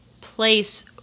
place